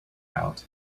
out